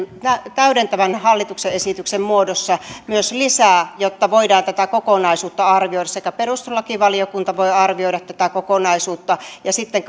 täydentävän hallituksen esityksen muodossa myös lisää jotta voidaan tätä kokonaisuutta arvioida perustuslakivaliokunta voi arvioida tätä kokonaisuutta ja sitten